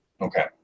Okay